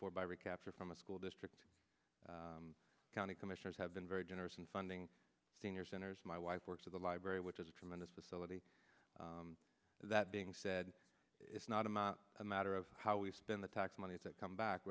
for by recapture from the school district county commissioners have been very generous in funding senior centers my wife works at the library which is a tremendous facility that being said it's not i'm not a matter of how we spend the tax monies that come back